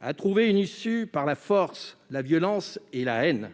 a trouvé une issue par la force, la violence et la haine.